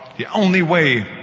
the only way,